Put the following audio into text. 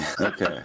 okay